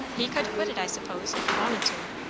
he could quit it, i suppose, if he wanted to.